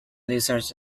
lizards